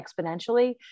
exponentially